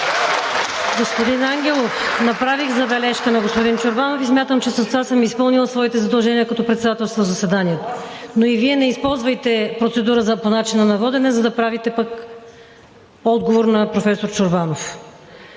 Господин Ангелов, направих забележка на господин Чорбанов и смятам, че с това съм изпълнила своите задължения като председателстващ заседанието, но и Вие не използвайте процедура по начина на водене, за да правите пък отговор на професор Чорбанов.